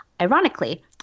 Ironically